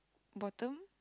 bottom